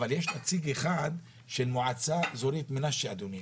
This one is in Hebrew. אבל יש נציג אחד של מועצה אזורית מנשה, אדוני.